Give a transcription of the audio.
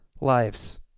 lives